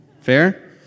Fair